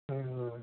अँ